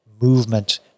movement